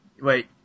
Wait